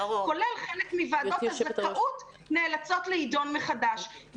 כולל חלק מוועדות הזכאות נאלצות להידון מחדש.